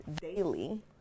daily